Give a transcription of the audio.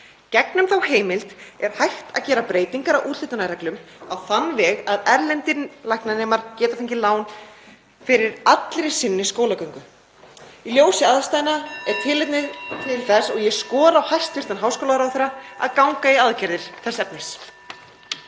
Gegnum þá heimild er hægt að gera breytingar á úthlutunarreglum á þann veg að læknanemar erlendis geti fengið lán fyrir allri sinni skólagöngu. Í ljósi aðstæðna er tilefni til þess og ég skora á hæstv. háskólaráðherra að ganga í aðgerðir þess efnis.